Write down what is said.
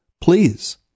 Please